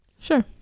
Sure